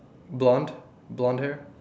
blonde blonde hair